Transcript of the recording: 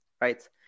right